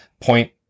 point